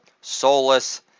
soulless